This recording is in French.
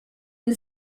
une